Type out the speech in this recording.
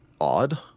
odd